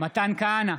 מתן כהנא,